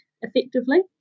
effectively